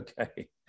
Okay